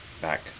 back